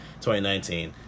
2019